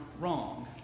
wrong